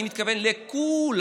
אני מתכוון לכולם.